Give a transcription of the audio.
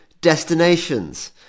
destinations